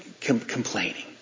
complaining